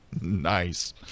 Nice